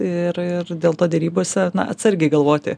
ir ir dėl to derybose na atsargiai galvoti